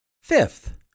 Fifth